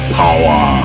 power